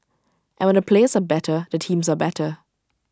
and when the players are better the teams are better